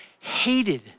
hated